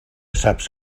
saps